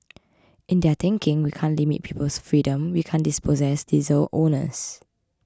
in their thinking we can't limit people's freedom we can't dispossess diesel owners